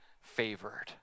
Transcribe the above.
favored